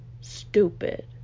Stupid